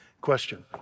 Question